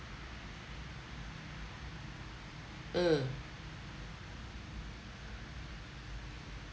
ugh